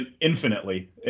infinitely